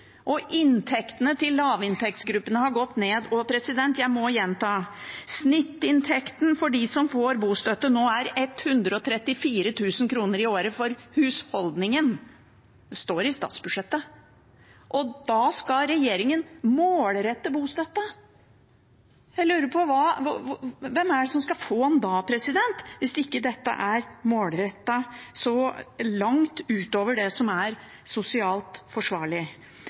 og inntektene til lavinntektsgruppene har gått ned. Jeg må gjenta: Snittinntekten for dem som får bostøtte nå, er 134 000 kr i året for husholdningen – det står i statsbudsjettet – og da skal regjeringen målrette bostøtten. Jeg lurer på hvem det er som skal få den da, hvis ikke dette er målrettet langt utover det som er sosialt forsvarlig.